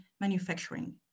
manufacturing